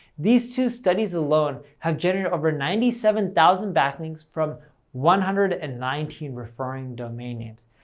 these two studies alone have generated over ninety seven thousand backlinks from one hundred and nineteen referring domain names.